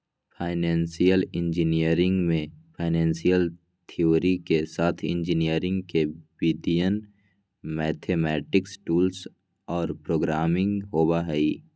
financial engineering में financial theory के साथ इंजीनियरिंग के विधियन, मैथेमैटिक्स टूल्स और प्रोग्रामिंग होबा हई